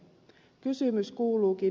kysymys kuuluukin